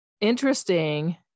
interesting